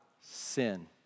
sin